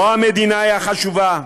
לא המדינה היא החשובה,